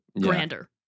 grander